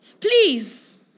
Please